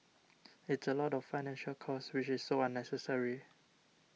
it's a lot of financial cost which is so unnecessary